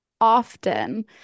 often